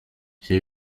have